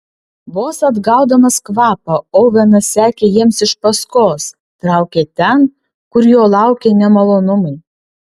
vos atgaudamas kvapą ovenas sekė jiems iš paskos traukė ten kur jo laukė nemalonumai